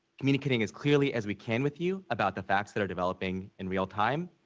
communicating as clearly as we can with you about the facts that are developing in real time.